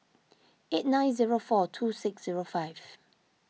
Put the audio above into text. eight nine zero four two six zero five